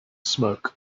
smoke